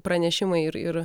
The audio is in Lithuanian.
pranešimai ir ir